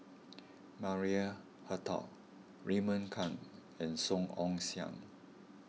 Maria Hertogh Raymond Kang and Song Ong Siang